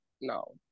no